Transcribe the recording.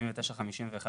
795101